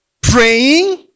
praying